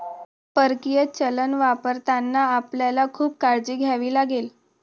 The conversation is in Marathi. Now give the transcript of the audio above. परकीय चलन वापरताना आपल्याला खूप काळजी घ्यावी लागेल